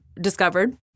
discovered